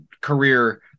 career